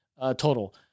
total